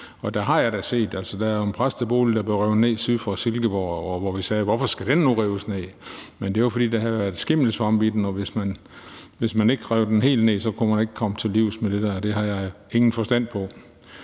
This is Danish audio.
opgave. Altså, der er jo en præstebolig, der er blevet revet ned syd for Silkeborg, hvor vi sagde: Hvorfor skal den nu rives ned? Men det var, fordi der havde været skimmelsvamp i den, og hvis man ikke rev den helt ned, kunne man ikke komme det til livs. Det har jeg ingen forstand på.